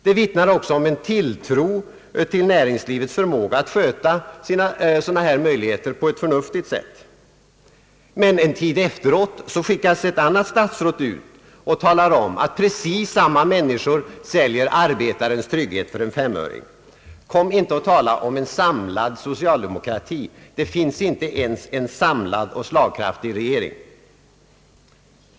Det vittnade också om en tilltro till näringslivets förmåga att sköta sådana här möjligheter på ett förnuftigt sätt. Men en tid efteråt skickas ett annat statsråd ut och talar om att precis samma människor säljer arbetarens trygghet för en femöring. Kom inte och tala om en samlad socialdemokrati! Det finns inte ens en samlad och slagkraftig regering.